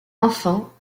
enfin